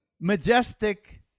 majestic